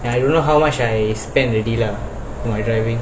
I don't know how much I spend already lah my driving